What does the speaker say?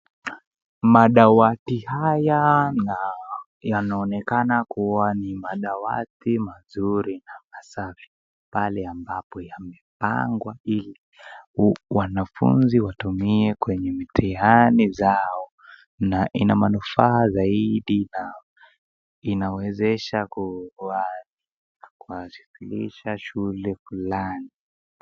Madawati haya yanaoneka ni madawati mazuri ama safi mahali ambapo yamepangwa hili wanafunzi watumie kwenye mithiani zao, inamanufaa zaidi na inawesesha kuwakilisha shule fulani.